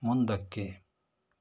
ಮುಂದಕ್ಕೆ